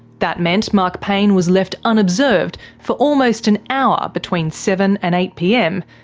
that meant mark payne was left unobserved for almost an hour between seven and eight pm,